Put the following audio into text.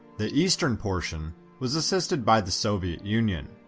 the eastern portion was assisted by the soviet union.